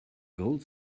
gold